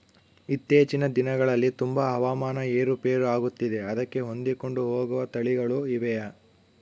ಇತ್ತೇಚಿನ ದಿನಗಳಲ್ಲಿ ತುಂಬಾ ಹವಾಮಾನ ಏರು ಪೇರು ಆಗುತ್ತಿದೆ ಅದಕ್ಕೆ ಹೊಂದಿಕೊಂಡು ಹೋಗುವ ತಳಿಗಳು ಇವೆಯಾ?